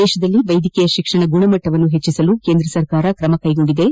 ದೇಶದಲ್ಲಿ ವೈದ್ಯಕೀಯ ಶಿಕ್ಷಣ ಗುಣಮಟ್ಟವನ್ನು ಹೆಚ್ಚಿಸಲು ಕೇಂದ್ರ ಸರ್ಕಾರ ಕ್ರಮಕ್ಕೆಗೊಂಡಿದ್ದು